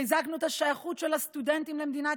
חיזקנו את השייכות של הסטודנטים למדינת